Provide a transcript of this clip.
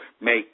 make